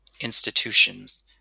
institutions